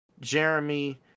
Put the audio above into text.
Jeremy